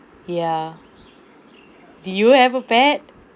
ya do you have a pet